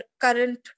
current